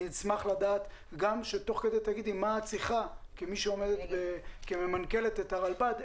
אני אשמח שתוך כדי תגידי מה את צריכה כמנכ"לית הרלב"ד,